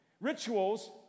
Rituals